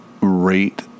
rate